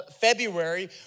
February